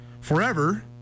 forever